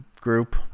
group